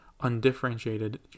undifferentiated